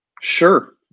Sure